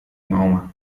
mahoma